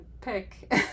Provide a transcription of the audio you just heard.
pick